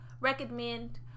recommend